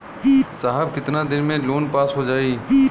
साहब कितना दिन में लोन पास हो जाई?